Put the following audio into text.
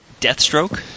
Deathstroke